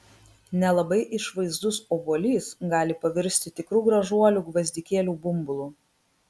nelabai išvaizdus obuolys gali pavirsti tikru gražuoliu gvazdikėlių bumbulu